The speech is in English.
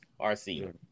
RC